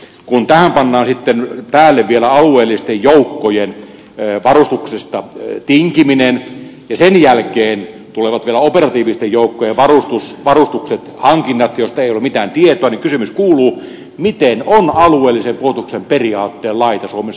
kun tähän pannaan sitten päälle vielä alueellisten joukkojen varustuksesta tinkiminen ja sen jälkeen vielä tulevat operatiivisten joukkojen varustukset hankinnat joista ei ole mitään tietoa niin kysymys kuuluu miten on alueellisen puolustuksen periaatteen laita suomessa